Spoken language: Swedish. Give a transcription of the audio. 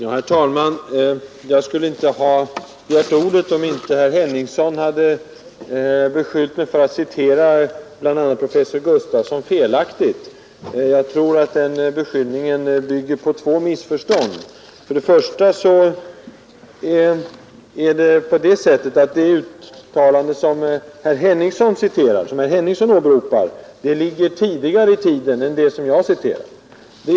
Herr talman! Jag skulle inte ha begärt ordet en gång till, om inte herr Henningsson hade beskyllt mig för att citera bl.a. professor Gustafsson felaktigt. Jag tror att den beskyllningen bygger på två missförstånd. För det första gjordes det uttalande som herr Henningsson åberopar tidigare än det som jag citerar.